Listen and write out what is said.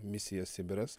misija sibiras